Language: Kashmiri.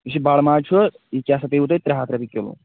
یُس یہِ بڈٕ ماز چھُ یہِ کیٛاہ سا پیٚوٕ تۄہہِ ترٛےٚ ہتھ رۄپیہِ کِلوٗ